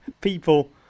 people